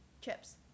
Chips